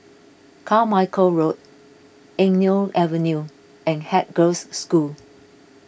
Carmichael Road Eng Neo Avenue and Haig Girls' School